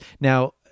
Now